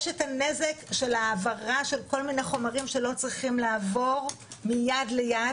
יש את הנזק של העברה של כל מיני חומרים שלא צריכים לעבור מיד ליד,